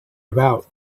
about